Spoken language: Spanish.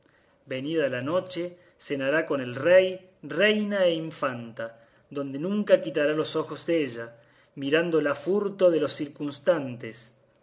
venida la noche cenará con el rey reina e infanta donde nunca quitará los ojos della mirándola a furto de los